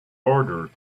ordered